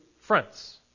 fronts